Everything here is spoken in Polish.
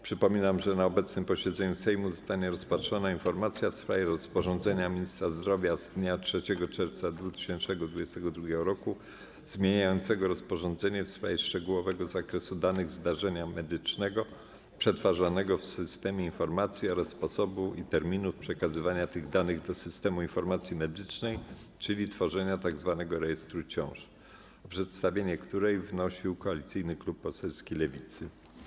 Przypominam, że na obecnym posiedzeniu Sejmu zostanie rozpatrzona informacja w sprawie rozporządzenia ministra zdrowia z dnia 3 czerwca 2022 r. zmieniającego rozporządzenie w sprawie szczegółowego zakresu danych zdarzenia medycznego przetwarzanego w systemie informacji oraz sposobu i terminów przekazywania tych danych do Systemu Informacji Medycznej, czyli tworzenia tzw. rejestru ciąż, o przedstawienie której wnosił Koalicyjny Klub Poselski Lewicy.